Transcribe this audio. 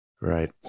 Right